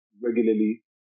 regularly